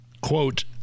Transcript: quote